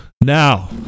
now